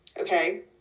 okay